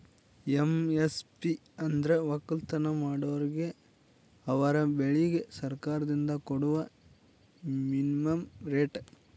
MSP ಅಂದ್ರ ವಕ್ಕಲತನ್ ಮಾಡೋರಿಗ ಅವರ್ ಬೆಳಿಗ್ ಸರ್ಕಾರ್ದಿಂದ್ ಕೊಡಾ ಮಿನಿಮಂ ರೇಟ್